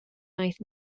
wnaeth